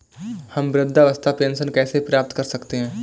हम वृद्धावस्था पेंशन कैसे प्राप्त कर सकते हैं?